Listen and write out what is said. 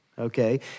Okay